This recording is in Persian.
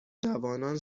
جوانان